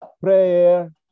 prayer